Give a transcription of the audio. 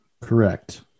Correct